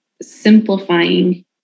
simplifying